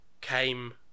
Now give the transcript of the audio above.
came